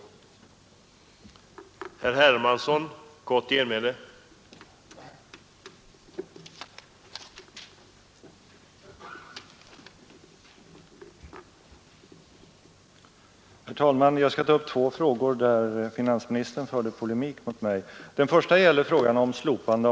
politiska åtgärder